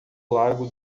lago